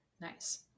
nice